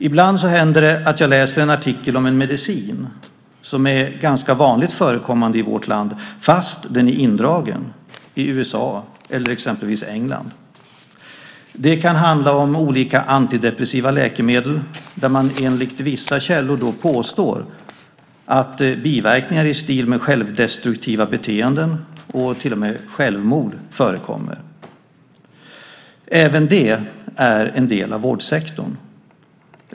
Ibland händer det att jag läser en artikel om en medicin som är ganska vanligt förekommande i vårt land, fast den är indragen i exempelvis USA eller England. Det kan handla om olika antidepressiva läkemedel där man enligt vissa källor påstår att biverkningar i stil med självdestruktiva beteenden och till och med självmord förekommer. Även det är en del av vårdsektorn.